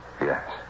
Yes